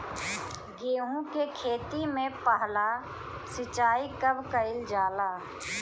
गेहू के खेती मे पहला सिंचाई कब कईल जाला?